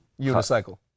Unicycle